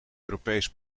europees